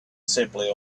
simply